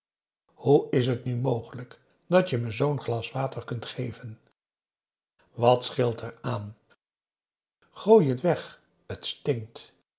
hoe is het nu mogelijk dat je me zoo'n glas water kunt geven wat scheelt er aan gooi het weg